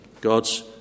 God's